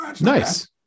Nice